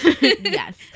Yes